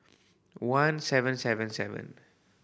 one seven seven seven